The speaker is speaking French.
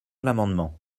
l’amendement